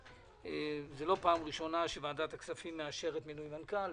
זו לא פעם ראשונה שוועדת הכספים מאשרת מינוי מנכ"ל.